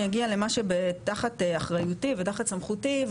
אגיע למה שתחת אחריותי ותחת סמכותי,